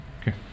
Okay